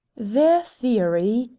their theory,